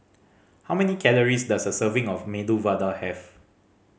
how many calories does a serving of Medu Vada have